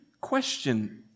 question